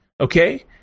okay